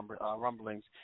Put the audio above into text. rumblings